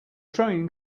train